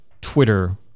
Twitter